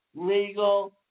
legal